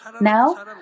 Now